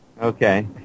Okay